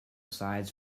sides